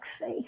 faith